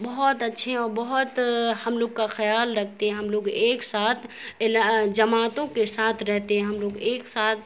بہت اچھے اور بہت ہم لوگ کا خیال رکھتے ہیں ہم لوگ ایک ساتھ جماعتوں کے ساتھ رہتے ہیں ہم لوگ ایک ساتھ